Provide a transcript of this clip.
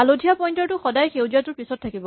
হালধীয়া পইন্টাৰ টো সদায় সেউজীয়াটোৰ পিছত থাকিব